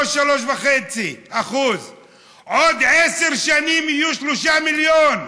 3% 3.5%. עוד עשר שנים יהיו שלושה מיליון,